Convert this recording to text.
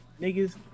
niggas